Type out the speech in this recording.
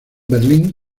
berlín